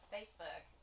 Facebook